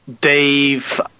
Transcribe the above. Dave